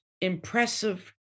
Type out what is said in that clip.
impressive